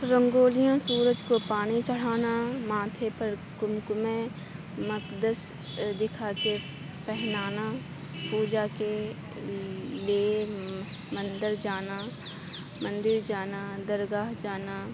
رنگولیاں سورج کو پانی چڑھانا ماتھے پر قمقمے مقدس دکھا کے پہنانا پوجا کے لیے مندر جانا مندر جانا درگاہ جانا